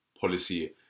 policy